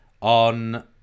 on